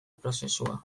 prozesua